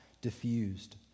diffused